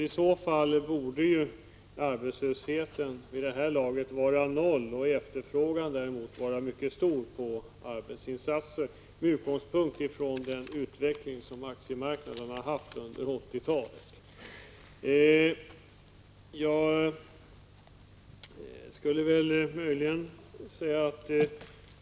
I så fall borde arbetslösheten vid det här laget vara noll och efterfrågan på arbetsinsatser mycket stor, med utgångspunkt från den utveckling på aktiemarknaden som vi haft under 1980-talet.